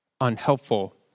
unhelpful